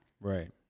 Right